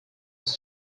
was